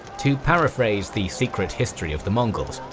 to paraphrase the secret history of the mongols,